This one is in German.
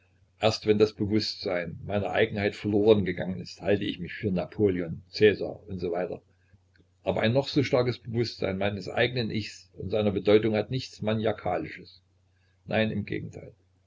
erst wenn das bewußtsein meiner eigenheit verloren gegangen ist halte ich mich für napoleon caesar u s w aber ein noch so starkes bewußtsein meines eignen ichs und seiner bedeutung hat nichts maniakalisches nein im gegenteil